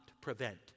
prevent